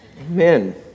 Amen